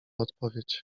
odpowiedź